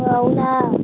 ఓ అవునా